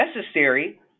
necessary